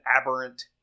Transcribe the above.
aberrant